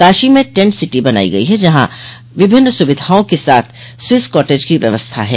काशी में tent city बनाई गई जहां विभिन्न सुविधाओं के साथ स्विस काटेज की व्यवस्था है